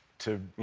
to you